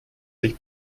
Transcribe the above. sich